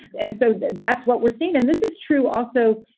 and so that's what we're seeing. and this is true also.